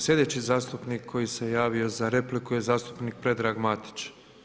Slijedeći zastupnik koji se javio za repliku je zastupnik Predrag Matić.